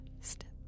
step